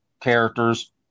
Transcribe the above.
characters